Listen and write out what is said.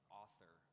author